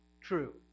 True